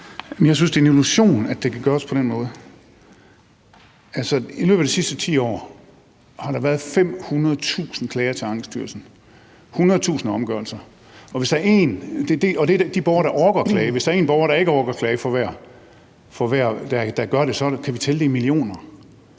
jeg synes, det er en illusion, at det kan gøres på den måde. I løbet af de sidste 10 år har der været 500.000 klager til Ankestyrelsen, og 100.000 er omgørelser, og det er de borgere, der orker at klage. Hvis der for hver borger, der orker at klage, er én borger, der ikke orker at klage, så kan vi tælle det i millioner.